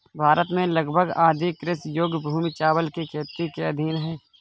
भारत में लगभग आधी कृषि योग्य भूमि चावल की खेती के अधीन है